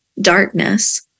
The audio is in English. darkness